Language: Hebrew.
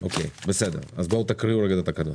בואו תקריאו רגע את התקנות.